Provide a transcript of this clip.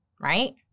right